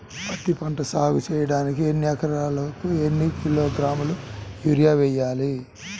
పత్తిపంట సాగు చేయడానికి ఎకరాలకు ఎన్ని కిలోగ్రాముల యూరియా వేయాలి?